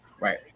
Right